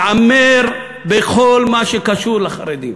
הוא הבטיח בכל מסע הבחירות שלו הבטחה אחת: להתעמר בכל מה שקשור לחרדים.